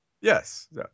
Yes